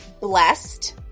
blessed